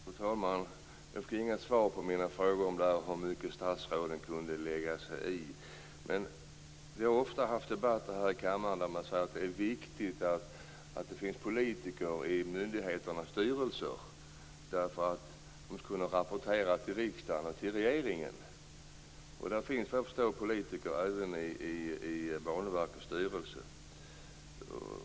Fru talman! Jag fick inga svar på mina frågor om hur mycket statsråden kan lägga sig i. Det sägs ofta i debatter här i kammaren att det är viktigt med politiker i myndigheternas styrelser för att dessa skall kunna rapportera till riksdagen och regeringen. Efter vad jag förstår finns det politiker även i Banverkets styrelse.